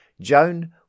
Joan